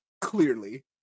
Clearly